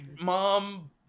mom